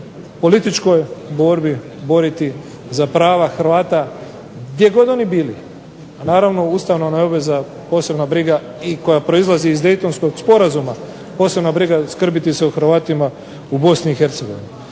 političkoj borbi boriti za prava Hrvata gdje god oni bili, a naravno ustavna nam je obveza posebna briga i koja proizlazi iz Deitonskog sporazuma posebna briga skrbiti se o Hrvatima u BiH. Kada govorim